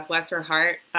ah bless her heart,